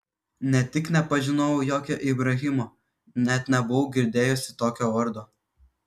ne tik nepažinojau jokio ibrahimo net nebuvau girdėjusi tokio vardo